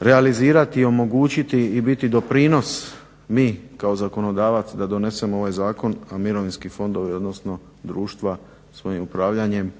realizirati i omogućiti i biti doprinos mi kao zakonodavac da donesemo ovaj zakon, a mirovinski fondovi odnosno društva svojim upravljanjem